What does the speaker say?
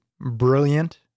brilliant